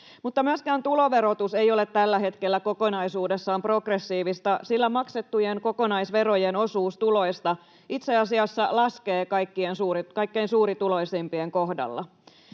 Mutta myöskään tuloverotus ei ole tällä hetkellä kokonaisuudessaan progressiivista, sillä maksettujen kokonaisverojen osuus tuloista itse asiassa laskee kaikkein suurituloisimpien kohdalla.